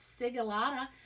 sigillata